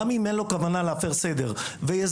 גם אם אין לו כוונה להפר סדר,